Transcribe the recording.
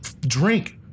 drink